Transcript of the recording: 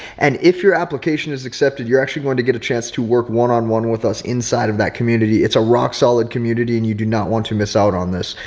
and if your application is accepted, you're actually going to get a chance to work one on one with us inside of that community. it's a rock solid community and you do not want to miss out on this.